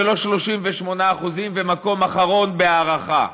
ולא 38% ומקום אחרון בהערכה.